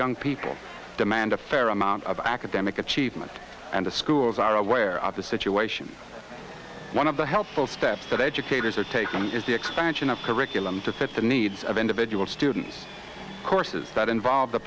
young people demand a fair amount of academic achievement and the schools are aware of the situation one of the helpful steps that educators are taking is the expansion of curriculum to fit the needs of individual students courses that involve the